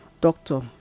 doctor